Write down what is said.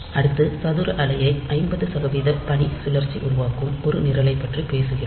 அடுத்து சதுர அலையை 50 சதவிகித பணிசுழற்சி உருவாக்கும் ஒரு நிரலைப் பற்றி பேசுகிறோம்